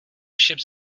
ships